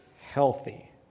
healthy